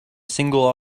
single